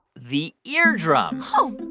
the eardrum oh,